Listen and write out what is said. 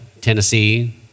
Tennessee